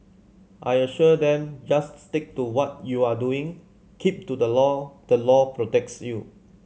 I assured them just stick to what you are doing keep to the law the law protects you